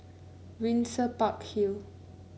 Windsor Park Hill